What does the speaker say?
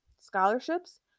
scholarships